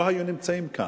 הם לא היו נמצאים כאן.